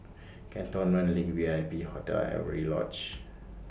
Cantonment LINK V I P Hotel and Avery Lodge